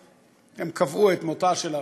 הם קבעו את מותה של הרשות.